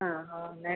ആ ആ അന്നേരം